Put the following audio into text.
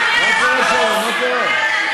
מבחינתנו, מה קרה שם?